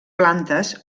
plantes